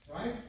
right